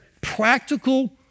practical